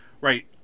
Right